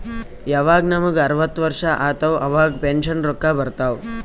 ಯವಾಗ್ ನಮುಗ ಅರ್ವತ್ ವರ್ಷ ಆತ್ತವ್ ಅವಾಗ್ ಪೆನ್ಷನ್ ರೊಕ್ಕಾ ಬರ್ತಾವ್